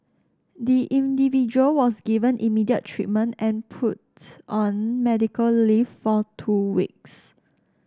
the individual was given immediate treatment and put on medical leave for two weeks